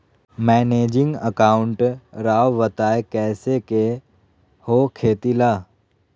Managing account राव बताएं कैसे के हो खेती ला?